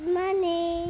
money